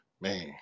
Man